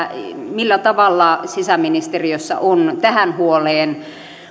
millä tavalla sisäministeriössä on tähän huoleen